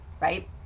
right